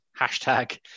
hashtag